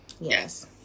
Yes